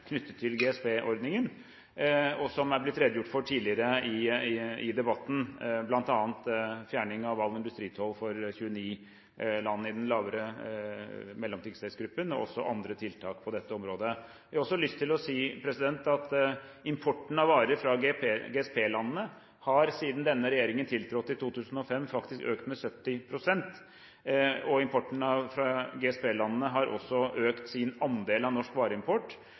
knyttet til GSP-ordningen, som Stortinget sluttet seg til med stemmene fra alle partier, unntatt Fremskrittspartiet, og som er blitt redegjort for tidligere i debatten, bl.a. fjerning av all industritoll for 29 land i den lavere mellominntektsgruppen, og også andre tiltak på dette området. Jeg har også lyst til å si at importen av varer fra GSP-landene har siden denne regjeringen tiltrådte i 2005, faktisk økt med 70 pst. Importen fra GSP-landene har også økt sin andel av norsk vareimport.